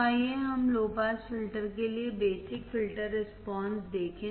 तो आइए हम लो पास फिल्टर के लिए बेसिक फ़िल्टर रिस्पांस देखें